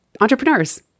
entrepreneurs